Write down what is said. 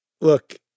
look